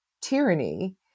tyranny